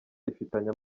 rifitanye